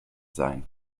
sein